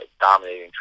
dominating